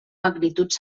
magnituds